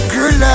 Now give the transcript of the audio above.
Girl